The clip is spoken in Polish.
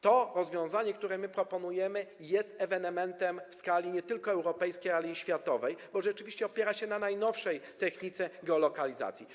To rozwiązanie, które my proponujemy, jest ewenementem w skali nie tylko europejskiej, ale i światowej, bo rzeczywiście opiera się na najnowszej technice geolokalizacji.